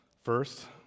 First